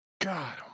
God